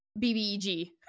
BBEG